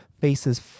faces